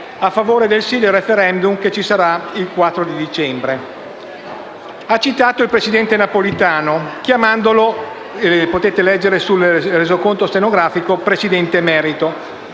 a favore del sì al *referendum* che si terrà il 4 dicembre. Ha citato il presidente Napolitano, chiamandolo - come potete leggere sul Resoconto stenografico - «presidente emerito»,